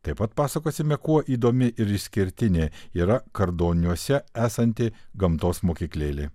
taip pat pasakosime kuo įdomi ir išskirtinė yra kardoniuose esanti gamtos mokyklėlė